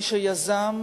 מי שיזם,